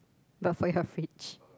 but for your fridge